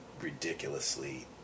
ridiculously